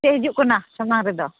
ᱪᱮᱫ ᱦᱤᱡᱩᱜ ᱠᱟᱱᱟ ᱥᱟᱢᱟᱝ ᱨᱮᱫᱚ